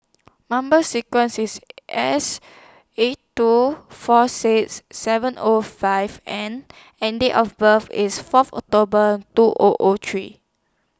Number sequence IS S eight two four six seven O five N and Date of birth IS Fourth October two O O three